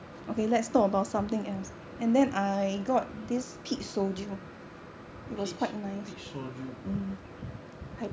peach peach soju